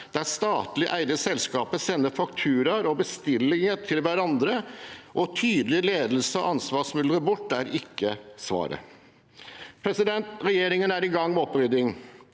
der statlig eide selskaper sender fakturaer og bestillinger til hverandre og tydelig ledelse og ansvar smuldrer bort, er ikke svaret. Regjeringen er i gang med opprydding